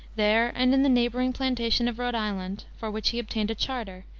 there and in the neighboring plantation of rhode island, for which he obtained a charter,